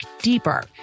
deeper